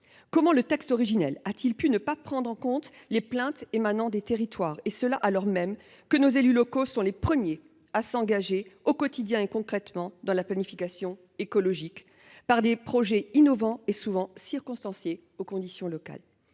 Comment le texte originel a t il pu ne pas prendre en compte les plaintes émanant des territoires, alors même que nos élus locaux sont les premiers à s’engager au quotidien et concrètement dans la planification écologique, par des projets innovants et souvent adaptés aux conditions locales